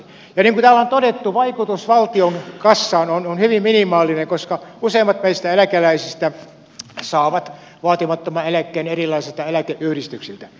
ja niin kuin täällä on todettu vaikutus valtion kassaan on hyvin minimaalinen koska useimmat meistä eläkeläisistä saavat vaatimattoman eläkkeen erilaisilta eläkeyhdistyksiltä